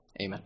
Amen